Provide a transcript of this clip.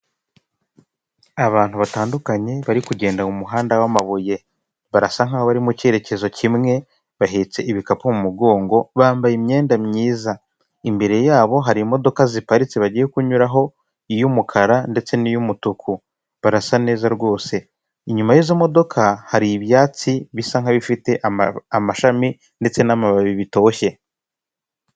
Imodoka y'ibara ry'umukara itambuka mu muhanda, uruzitiro rugizwe n'ibyuma ndetse n'amatafari ahiye, umuferege unyuramo amazi wugarijwe cyangwa se ufunzwe